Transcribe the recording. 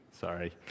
Sorry